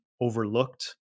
overlooked